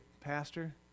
Pastor